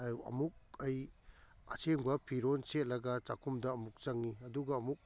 ꯑꯃꯨꯛ ꯑꯩ ꯑꯁꯦꯡꯕ ꯐꯤꯔꯣꯟ ꯁꯦꯠꯂꯒ ꯆꯥꯛꯈꯨꯝꯗ ꯑꯃꯨꯛ ꯆꯪꯏ ꯑꯗꯨꯒ ꯑꯃꯨꯛ